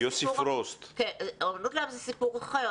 אז אומנות לעם זה סיפור אחר.